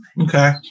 Okay